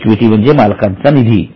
equity म्हणजे मालकांचा निधी